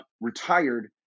retired